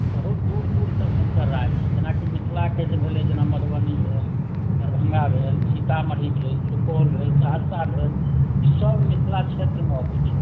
बहुत दूर दूर तक हिनकर राज्य छलनि जेनाकि मिथिलाके भेलै जेना मधुबनी भेल दरभङ्गा भेल सीतामढ़ी भेल सुपौल भेल सहरसा भेल ई सभ मिथिला क्षेत्रमे अबैत छै